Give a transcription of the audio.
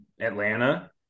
Atlanta